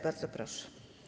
Bardzo proszę.